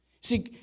See